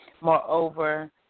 Moreover